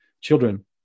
children